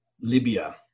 Libya